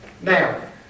Now